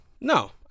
No